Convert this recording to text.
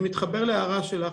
אני מתחבר להערה שלך,